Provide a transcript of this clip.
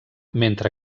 mentre